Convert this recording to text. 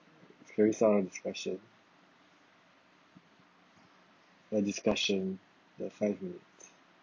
can we start our discussion the discussion the five minutes